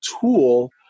tool